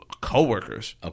coworkers